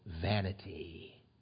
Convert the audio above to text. vanity